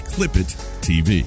ClipIt.tv